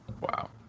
Wow